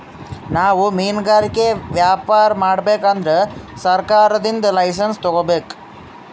ನಾವ್ ಮಿನ್ಗಾರಿಕೆ ವ್ಯಾಪಾರ್ ಮಾಡ್ಬೇಕ್ ಅಂದ್ರ ಸರ್ಕಾರದಿಂದ್ ಲೈಸನ್ಸ್ ತಗೋಬೇಕ್